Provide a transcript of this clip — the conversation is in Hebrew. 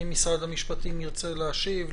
האם משרד המשפטים ירצה להשיב?